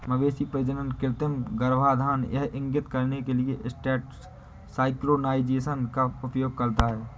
मवेशी प्रजनन कृत्रिम गर्भाधान यह इंगित करने के लिए एस्ट्रस सिंक्रोनाइज़ेशन का उपयोग करता है